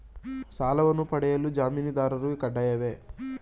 ಸಾಲವನ್ನು ಪಡೆಯಲು ಜಾಮೀನುದಾರರು ಕಡ್ಡಾಯವೇ?